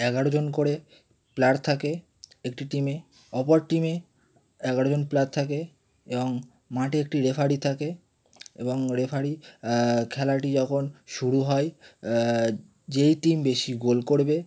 এগারোজন করে প্লেয়ার থাকে একটি টিমে অপর টিমে এগারোজন প্লেয়ার থাকে এবং মাঠে একটি রেফারি থাকে এবং রেফারি খেলাটি যখন শুরু হয় যেই টিম বেশি গোল করবে